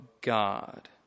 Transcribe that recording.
God